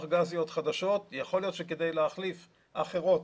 גזיות חדשות ויכול להיות שכדי להחליף אחרות,